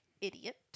idiot